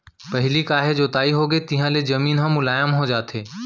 पहिली काहे जोताई होगे तिहाँ ले जमीन ह मुलायम हो जाथे